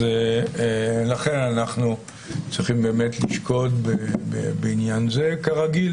לכן אנו צריכים לשקוד בעניין זה כרגיל